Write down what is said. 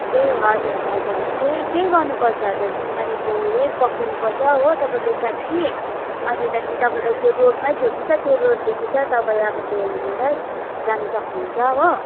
ए हजुर हजुर त्यही त्यही गर्नु पर्छ सिंहमारीको उयोइ पक्रिनु पर्छ हो तपाईँले ट्याक्सी अन्त्त त्यहाँ पछि तपाईँलाई रोडमै छोडदिन्छ त्यो रोडदेखि त तपाईँ हिँडेरै जानु सक्नुहुन्छ हो